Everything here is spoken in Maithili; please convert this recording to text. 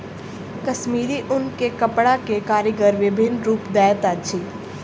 कश्मीरी ऊन के कपड़ा के कारीगर विभिन्न रूप दैत अछि